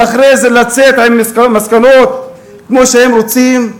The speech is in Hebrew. ואחרי זה לצאת עם מסקנות כמו שהם רוצים?